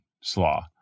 slaw